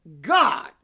God